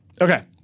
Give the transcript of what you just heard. Okay